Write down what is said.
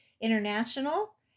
international